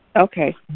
Okay